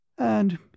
And